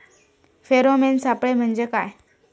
Pheromone सापळे म्हंजे काय?